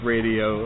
Radio